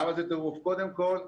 קודם כל,